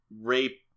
rape